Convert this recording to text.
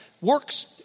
works